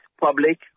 public